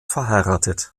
verheiratet